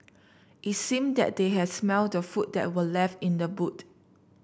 it seemed that they had smelt the food that were left in the boot